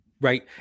Right